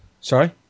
Sorry